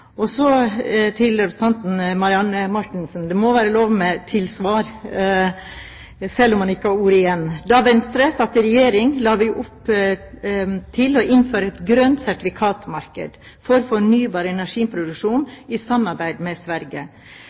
på. Så, når det gjelder representanten Marianne Marthinsen: Det må være lov med tilsvar selv om man ikke får ordet igjen. Da Venstre satt i regjering, la vi opp til å innføre et grønt sertifikatmarked for fornybar energiproduksjon i samarbeid med Sverige.